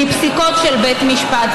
מפסיקות של בית משפט.